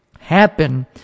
happen